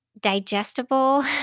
digestible